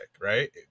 right